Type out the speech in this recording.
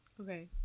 Okay